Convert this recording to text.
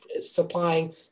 supplying